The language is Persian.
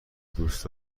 دوست